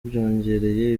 byongereye